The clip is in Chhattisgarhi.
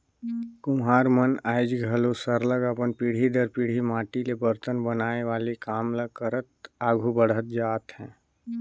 कुम्हार मन आएज घलो सरलग अपन पीढ़ी दर पीढ़ी माटी ले बरतन बनाए वाले काम ल करत आघु बढ़त जात हें